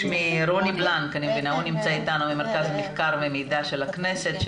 מרוני בלנק ממרכז המחקר והמידע של הכנסת,